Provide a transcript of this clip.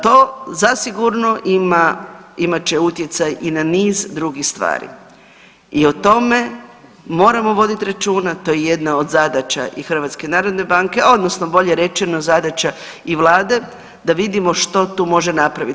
To zasigurno će imati utjecaj i na niz drugih stvari i o tome moramo voditi računa, to je jedna od zadaća i HNB-a odnosno bolje rečeno zadaća i vlade da vidimo što tu možemo napravit.